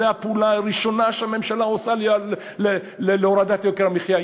זאת הפעולה הראשונה שהממשלה עושה להורדת יוקר המחיה.